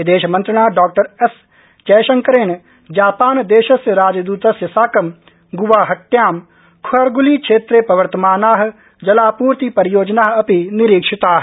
विदेशमन्त्रिणा डॉ एस जयशंकरेण जापान देशस्य राजदतस्य साकं गुवाहाट्यां खरगुली क्षेत्रे प्रवर्तमाना जलापूर्ति परियोजना अपि निरीक्षिता